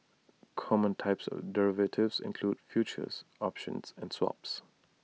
common types of derivatives include futures options and swaps